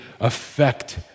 affect